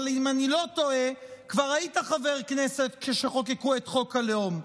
אבל אם אני לא טועה כבר היית חבר כנסת כשחוקקו את חוק הלאום.